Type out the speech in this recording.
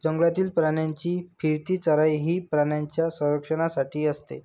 जंगलातील प्राण्यांची फिरती चराई ही प्राण्यांच्या संरक्षणासाठी असते